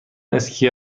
اسکی